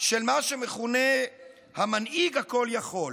של מה שמכונה "המנהיג הכול-יכול",